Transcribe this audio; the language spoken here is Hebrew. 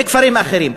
מכפרים אחרים.